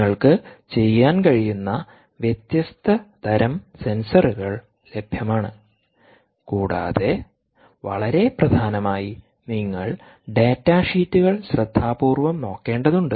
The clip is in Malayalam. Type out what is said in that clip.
നിങ്ങൾക്ക് ചെയ്യാൻ കഴിയുന്ന വ്യത്യസ്ത തരം സെൻസറുകൾ ലഭ്യമാണ് കൂടാതെ വളരെ പ്രധാനമായി നിങ്ങൾ ഡാറ്റ ഷീറ്റുകൾ ശ്രദ്ധാപൂർവ്വം നോക്കേണ്ടതുണ്ട്